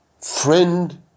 friend